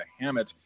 Hammett